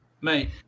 Mate